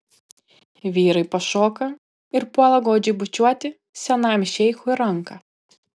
vyrai pašoka ir puola godžiai bučiuoti senajam šeichui ranką